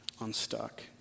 unstuck